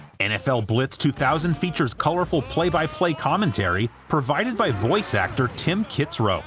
nfl blitz two thousand features colorful play-by-play commentary, provided by voice actor tim kitzrow,